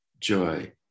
joy